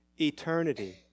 eternity